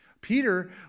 Peter